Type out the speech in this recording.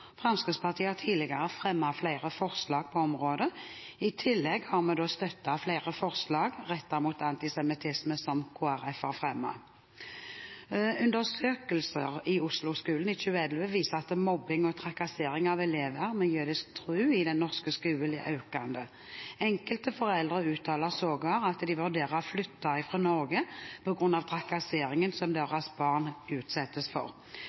Fremskrittspartiet har tidligere fremmet flere forslag på området. I tillegg har vi støttet flere forslag rettet mot antisemittisme som Kristelig Folkeparti har fremmet. Undersøkelser i Osloskolen i 2011 viser at mobbing og trakassering av elever med jødisk tro i den norske skolen er økende. Enkelte foreldre uttaler sågar at de vurderer å flytte fra Norge på grunn av trakasseringen som deres barn utsettes for.